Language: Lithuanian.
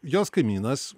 jos kaimynas